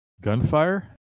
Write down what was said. Gunfire